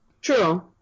True